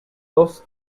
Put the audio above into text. thus